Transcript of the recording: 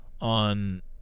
on